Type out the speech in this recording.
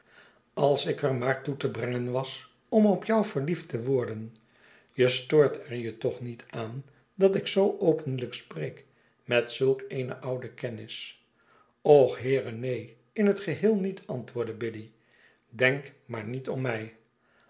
als ik er maar toe te brengen was om op jou verliefd te worden je stoort er je toch niet aan dat ik zoo openlijk spreek met zulk eene oude kennis och heere neen in t geheel niet antwoordde biddy denk maar niet om mij